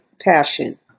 passion